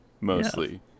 mostly